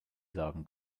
sagen